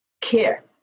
care